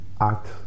act